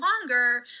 longer